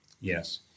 yes